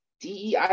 DEI